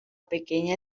pequeña